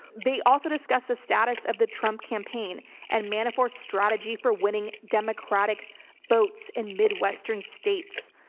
they also discuss the status of the trump campaign and manafort strategy for winning democratic votes in midwestern states.